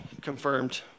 confirmed